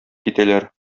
китәләр